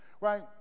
right